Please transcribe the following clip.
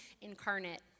incarnate